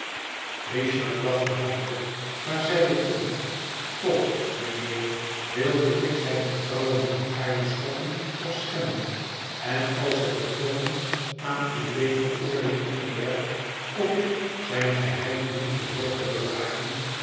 richard lachte hartelijk maar zeide toen toch mijnheer wilde ik zijn vertrouwen niet gaarne schokken of schenden en als ik het nog eens aan uw beter oordeel onderwerp of ik zijn geheim niet behoor te bewaren